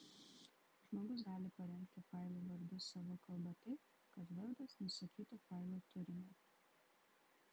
žmogus gali parinkti failų vardus savo kalba taip kad vardas nusakytų failo turinį